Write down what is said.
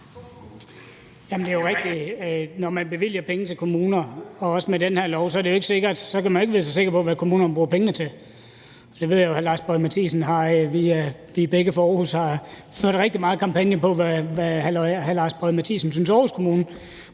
når man bevilger penge til kommuner, også med den her lov, kan man ikke vide sig sikker på, hvad kommunerne bruger pengene til. Jeg ved jo at hr. Lars Boje Mathiesen – vi er begge fra Aarhus – har ført rigtig meget kampagne på, hvad han synes at Aarhus Kommune